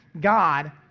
god